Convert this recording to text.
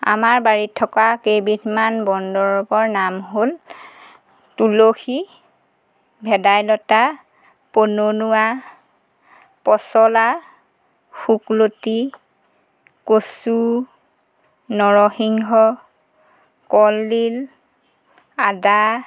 আমাৰ বাৰীত থকা কেইবিধমান বন দৰৱৰ নাম হ'ল তুলসী ভেদাইলতা পনৌনৌৱা পচলা শুকলতি কচু নৰসিংহ কলডিল আদা